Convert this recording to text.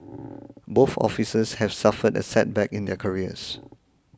both officers have suffered a setback in their careers